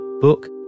book